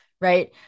right